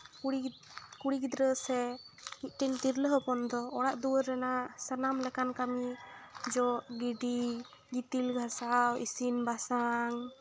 ᱠᱩᱲᱤ ᱠᱩᱲᱤ ᱜᱤᱫᱽᱨᱟᱹ ᱥᱮ ᱢᱤᱫᱴᱮᱱ ᱛᱤᱨᱞᱟᱹ ᱦᱚᱯᱚᱱ ᱫᱚ ᱚᱲᱟᱜ ᱫᱩᱣᱟᱹᱨ ᱨᱮᱱᱟᱜ ᱥᱟᱱᱟᱢ ᱞᱮᱠᱟᱱ ᱠᱟᱹᱢᱤ ᱡᱚᱜ ᱜᱤᱰᱤ ᱜᱤᱛᱤᱞ ᱜᱷᱟᱥᱟᱣ ᱤᱥᱤᱱ ᱵᱟᱥᱟᱝ